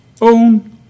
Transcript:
own